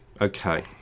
Okay